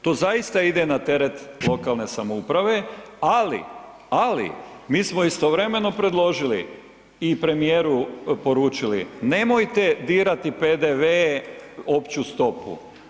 To zaista ide na teret lokalne samouprave ali, ali mi smo istovremeno predložili i premijeru preporučili, nemojte dirati PDV opću stopu.